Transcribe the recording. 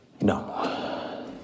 No